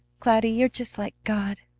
cloudy, you're just like god!